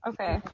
Okay